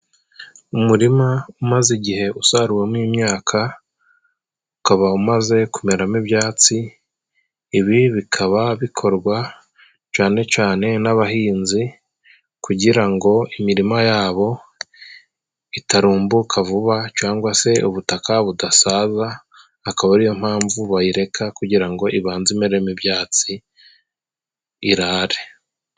Umurima umaze igihe usaruwemo imyaka, ukaba umaze kumeramo ibyatsi, ibi bikaba bikorwa cane cane n'abahinzi kugira ngo imirima yabo itarumbuka vuba cangwa se ubutaka budasaza, akaba ari yo mpamvu bayireka kugira ngo ibanze imeremo ibyatsi, irare.